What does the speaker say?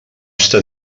està